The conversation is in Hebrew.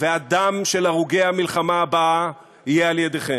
והדם של הרוגי המלחמה הבאה יהיה על ידיכם.